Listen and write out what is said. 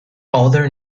other